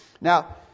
Now